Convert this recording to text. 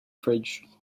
fridge